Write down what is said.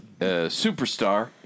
superstar